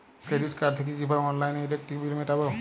Credit card থেকে কিভাবে অনলাইনে ইলেকট্রিক বিল মেটাবো?